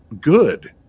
good